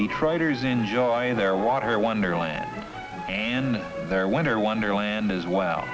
detroiters enjoying their water wonderland and their winter wonderland as well